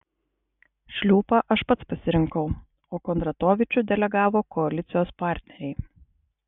šliupą aš pats pasirinkau o kondratovičių delegavo koalicijos partneriai